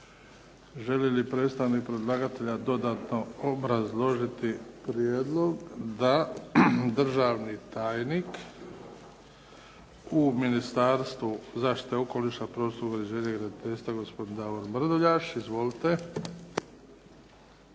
Želi li predstavnik predlagatelja dodatno obrazložiti prijedlog? Da. Državni tajnik u Ministarstvu zaštite okoliša, prostornog uređenja i graditeljstva, gospodin Davor Mrduljaš. Izvolite.